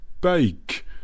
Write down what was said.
bake